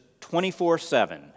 24-7